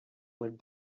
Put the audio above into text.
would